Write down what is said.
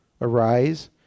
arise